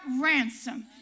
ransom